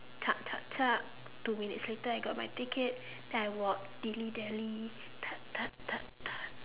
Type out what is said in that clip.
tuck tuck tuck two minutes later I got my ticket then I walk dilly dally tuck tuck tuck tuck